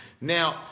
Now